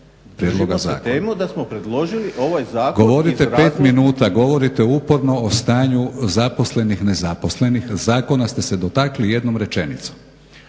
Držimo se teme da smo predložili ovaj zakon. **Batinić, Milorad (HNS)** Govorite pet minuta, govorite uporno o stanju zaposlenih, nezaposlenih. Zakona ste se dotakli jednom rečenicom.